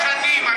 הרבה שנים.